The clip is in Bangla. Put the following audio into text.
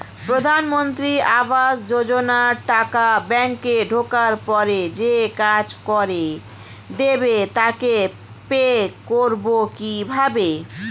প্রধানমন্ত্রী আবাস যোজনার টাকা ব্যাংকে ঢোকার পরে যে কাজ করে দেবে তাকে পে করব কিভাবে?